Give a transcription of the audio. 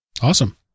awesome